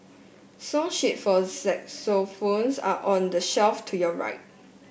song sheets for are on the shelf to your right